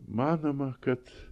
manoma kad